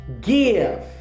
give